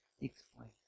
Explain